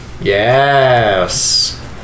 Yes